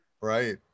Right